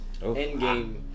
endgame